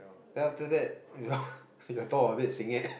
then after that the top if it senget